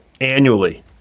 annually